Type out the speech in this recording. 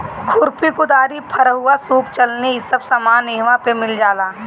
खुरपी, कुदारी, फरूहा, सूप चलनी इ सब सामान इहवा पे मिल जाला